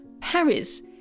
paris